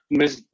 miss